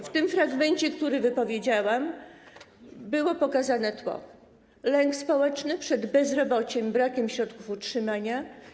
W tym fragmencie, który wypowiedziałam, było pokazane tło: lęk społeczny przed bezrobociem i brakiem środków utrzymania.